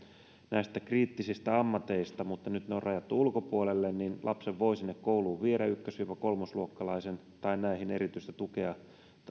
näistä kriittisistä ammateista mutta nyt ne on rajattu ulkopuolelle niin lapsen voi sinne kouluun viedä ykkös kolmosluokkalaisen tai erityistä tukea